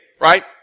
right